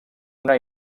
una